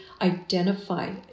identify